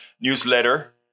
newsletter